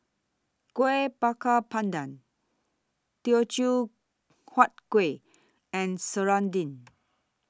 Kuih Bakar Pandan Teochew Huat Kueh and Serunding